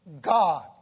God